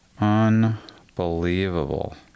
Unbelievable